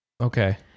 Okay